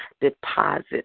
deposit